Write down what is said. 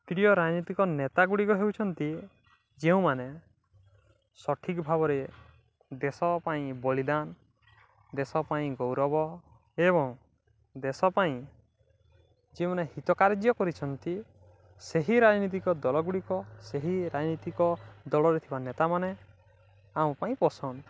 ପ୍ରିୟ ରାଜନୀତିକ ନେତାଗୁଡ଼ିକ ହେଉଛନ୍ତି ଯେଉଁମାନେ ସଠିକ୍ ଭାବରେ ଦେଶ ପାଇଁ ବଳିଦାନ ଦେଶ ପାଇଁ ଗୌରବ ଏବଂ ଦେଶ ପାଇଁ ଯେଉଁମାନେ ହିତ କାର୍ଯ୍ୟ କରିଛନ୍ତି ସେହି ରାଜନୀତିକ ଦଳଗୁଡ଼ିକ ସେହି ରାଜନୀତିକ ଦଳରେ ଥିବା ନେତାମାନେ ଆମ ପାଇଁ ପସନ୍ଦ